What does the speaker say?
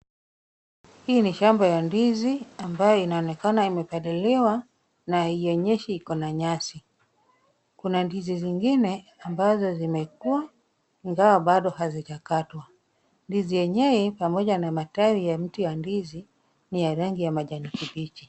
Hii ni shamba ya ndizi ambaye inaonekana imepaliliwa na haionyeshi iko na nyasi. Kuna ndizi zingine ambazo zimekua ingawa bado hazijakatwa. Ndizi yenyewe pamoja na matawi ya mti wa ndizi ni ya rangi ya kijani kibichi.